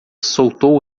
soltou